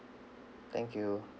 thank you